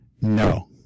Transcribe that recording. No